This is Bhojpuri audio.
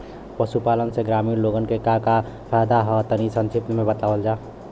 पशुपालन से ग्रामीण लोगन के का का फायदा ह तनि संक्षिप्त में बतावल जा?